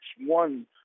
One